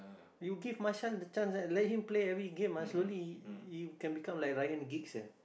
you give Martial the chance ah let him play every game ah slowly he he can become like Ryan-Giggs sia